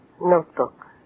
Notebook